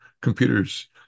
Computers